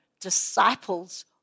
disciples